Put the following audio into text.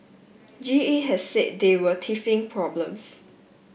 G E has said they were teething problems